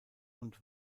und